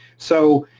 so